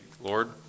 Lord